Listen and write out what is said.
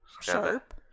Sharp